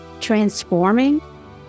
transforming